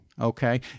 Okay